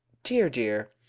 dear, dear!